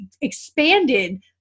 expanded